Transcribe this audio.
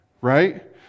right